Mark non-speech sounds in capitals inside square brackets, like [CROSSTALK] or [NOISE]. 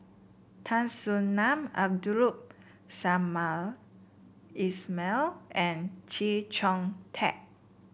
Tan Soo Nan [UNINTELLIGIBLE] Samad Ismail and Chee Chong Tat